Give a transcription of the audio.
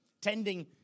tending